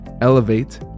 Elevate